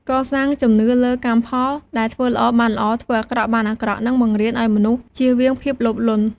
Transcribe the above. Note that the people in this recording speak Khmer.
កសាងជំនឿលើកម្មផល ដែលធ្វើល្អបានល្អ ធ្វើអាក្រក់បានអាក្រក់ និងបង្រៀនឱ្យមនុស្សចៀសវាងភាពលោភលន់។